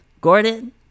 Gordon